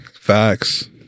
Facts